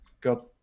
got